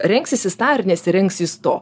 rengsis jis tą ar nesirengs jis to